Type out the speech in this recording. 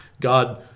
God